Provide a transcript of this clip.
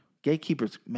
Gatekeepers